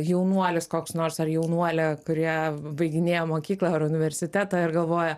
jaunuolis koks nors ar jaunuolė kurie baiginėja mokyklą ar universitetą ir galvoja